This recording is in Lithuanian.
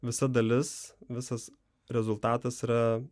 visa dalis visas rezultatas yra